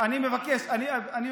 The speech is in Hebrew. אני מבקש, אני מבקש.